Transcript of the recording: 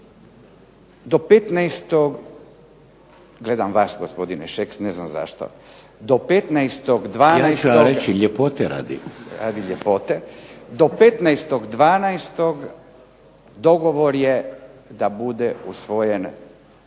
Do 15.12. dogovor je da bude usvojen